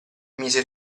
mise